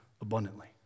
abundantly